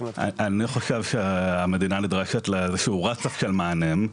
אני חושב שהמדינה נדרשת לאיזה שהוא רצף של מענים.